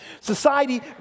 Society